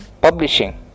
publishing